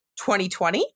2020